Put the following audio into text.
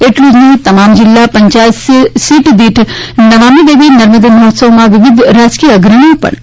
એટલું જ નહી તમામ જિલ્લા પંચાયત સીટ દીઠ નમામિ દેવી નર્મદે મહોત્સવમાં વિવિધ રાજકીય અગ્રણીઓ ઉપસ્થિત રહેશે